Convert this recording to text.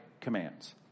commands